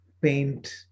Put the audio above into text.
paint